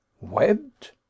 Webbed